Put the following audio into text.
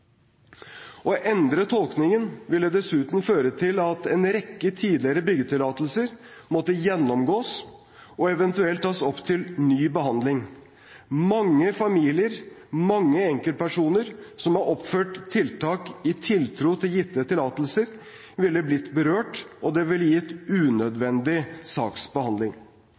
Å endre tolkningen ville dessuten føre til at en rekke tidligere byggetillatelser måtte gjennomgås og eventuelt tas opp til ny behandling. Mange familier, mange enkeltpersoner som har oppført tiltak i tiltro til gitte tillatelser, ville blitt berørt, og det ville blitt unødvendig saksbehandling.